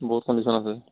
বহুত কণ্ডিশ্যন আছে